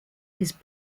his